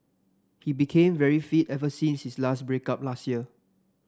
he became very fit ever since his last break up last year